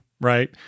right